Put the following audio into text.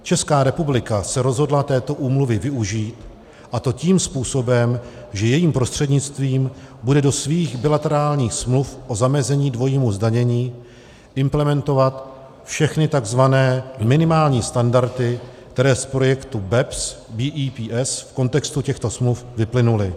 Česká republika se rozhodla této úmluvy využít, a to tím způsobem, že jejím prostřednictvím bude do svých bilaterálních smluv o zamezení dvojímu zdanění implementovat všechny tzv. minimální standardy, které z projektu BEPS v kontextu těchto smluv vyplynuly.